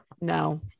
No